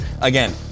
Again